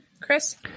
Chris